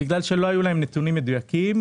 בגלל שלא היו להם נתונים מדויקים,